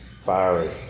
Fiery